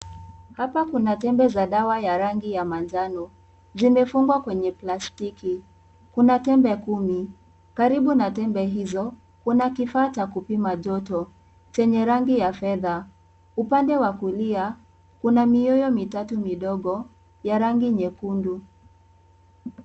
Hapa kuna tembe za dawa ya rangi ya manjano zimefungiwa kwenye plastiki ,kuna tembe kumi karibu na tembe hizo kuna kifaa cha kupima joto chenye rangi ya fedha upande wa kulia kuna mioyo mitatu midogo ya rangi nyekundu.